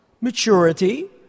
maturity